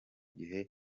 gihe